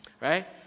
right